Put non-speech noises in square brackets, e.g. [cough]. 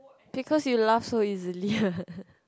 because you laugh so easily [laughs]